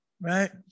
right